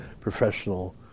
professional